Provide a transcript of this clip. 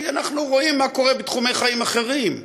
כי אנחנו רואים מה קורה בתחומי חיים אחרים,